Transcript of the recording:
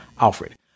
Alfred